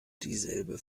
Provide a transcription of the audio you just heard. dieselbe